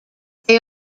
they